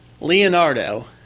Leonardo